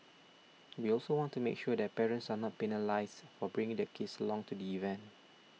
we also want to make sure that parents are not penalised for bringing their kids along to the event